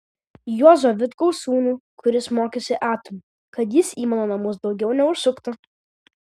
juozo vitkaus sūnų kuris mokėsi atm kad jis į mano namus daugiau neužsuktų